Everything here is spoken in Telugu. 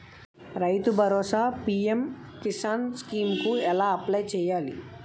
రైతు భరోసా పీ.ఎం కిసాన్ స్కీం కు ఎలా అప్లయ్ చేయాలి?